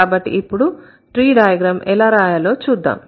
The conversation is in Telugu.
కాబట్టి ఇప్పుడు ట్రీ డైగ్రామ్ ఎలా రాయాలో చూద్దాం